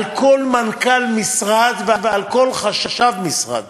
על כל מנכ"ל משרד ועל כל חשב משרד